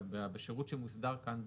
בשירות שמוסדר כאן בחוק,